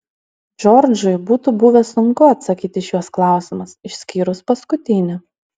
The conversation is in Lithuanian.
džordžui būtų buvę sunku atsakyti į šiuos klausimus išskyrus paskutinį